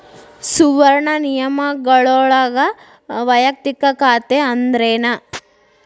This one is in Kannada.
ಸುವರ್ಣ ನಿಯಮಗಳೊಳಗ ವಯಕ್ತಿಕ ಖಾತೆ ಅಂದ್ರೇನ